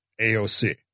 AOC